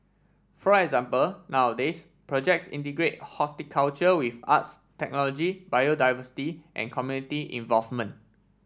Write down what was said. for example nowadays projects integrate horticulture with arts technology biodiversity and community involvement